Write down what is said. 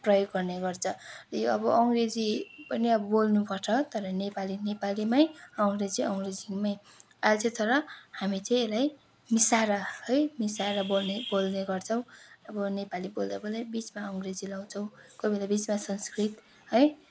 प्रयोग गर्ने गर्छ त्यही हो अब अङ्ग्रेजी पनि अब बोल्नुपर्छ तर नेपाली नेपालीमै अङ्ग्रेजी अङ्ग्रेजीमै अहिले चाहिँ तर हामी चाहिँ यसलाई मिसाएर है मिसाएर बोल्ने बोल्ने गर्छौँ अब नेपाली बोल्दाबोल्दै बिचमा अङ्ग्रेजी लगाउँछौँ कोही बेला बिचमा संस्कृत है